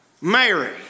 Mary